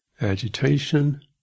Agitation